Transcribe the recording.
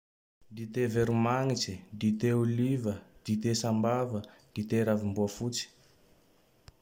Dite veromagintse, dite oliva, dite sambava, dite ravimboafotsy.